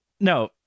No